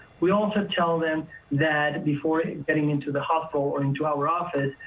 we also tell them that before getting into the hospital or into our office,